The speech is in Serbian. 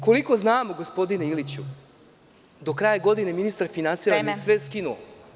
Koliko znamo, gospodine Iliću, do kraja godine ministar finansija je sve skinuo.